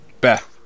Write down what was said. Beth